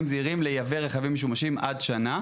הזעירים לייבא רכבים משומשים בני עד שנה.